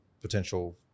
potential